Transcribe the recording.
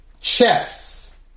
Chess